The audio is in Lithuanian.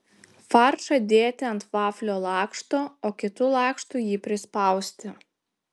faršą dėti ant vaflio lakšto o kitu lakštu jį prispausti